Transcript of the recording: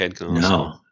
No